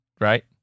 right